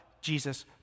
Jesus